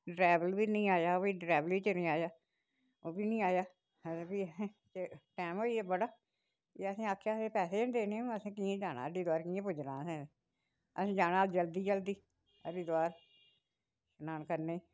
driver बी नी आया फ्ही डरैवर बी चिरें आया ओह् बी नेईं आया ते फ्ही अहें टैम होई गेआ बड़ा फेर असें आखेआ अहें पैसे गै निं देने असें कि'यां जाना असें हरिद्वार कि'यां पुज्जना असें जाना जल्दी जल्दी हरिद्वार स्नान करने